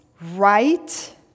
right